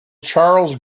charles